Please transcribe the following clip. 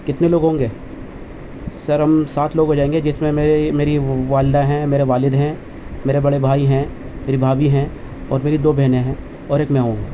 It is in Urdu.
کتنے لوگ ہوں گے سر ہم سات لوگ ہوجائیں گے جس میں میری والدہ ہیں میرے والد ہیں میرے بڑے بھائی ہیں میری بھابھی ہیں اور میری دو بہنیں ہیں اور ایک میں ہوں